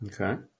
Okay